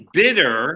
bitter